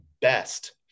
best